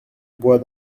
bois